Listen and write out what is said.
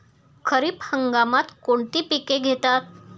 खरीप हंगामात कोणती पिके घेतात?